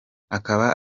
akaba